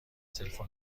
تلفن